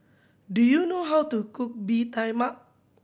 do you know how to cook Bee Tai Mak